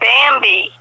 Bambi